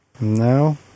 No